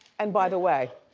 and by the way,